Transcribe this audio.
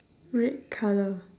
red colour